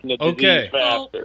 Okay